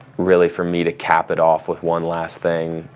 really for me to cap it off with one last thing,